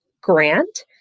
Grant